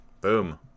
Boom